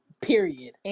Period